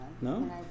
No